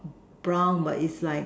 brown but is like